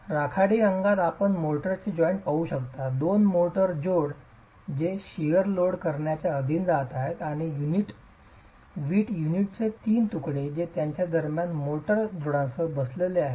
तर राखाडी रंगात आपण मोर्टारचे जॉइंट पाहू शकता दोन मोर्टार जोड जे शिअर लोड करण्याच्या अधीन जात आहेत आणि वीट युनिटचे तीन तुकडे ते त्यांच्या दरम्यान मोर्टार जोडांसह बसलेले आहेत